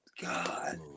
god